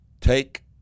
take